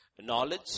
knowledge